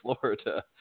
Florida